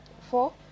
Four